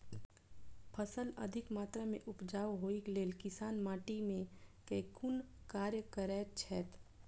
फसल अधिक मात्रा मे उपजाउ होइक लेल किसान माटि मे केँ कुन कार्य करैत छैथ?